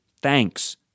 thanks